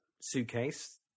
suitcase